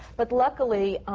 but luckily,